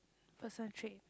personal trait